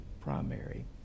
primary